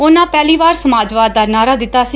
ਉਨੁਾਂ ਪਹਿਲੀ ਵਾਰ ਸਮਾਜਵਾਦ ਦਾਂ ਨਾਰਾ ਦਿੱਤਾ ਸੀ